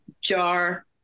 jar